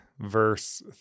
verse